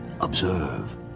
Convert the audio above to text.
observe